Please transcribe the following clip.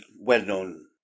well-known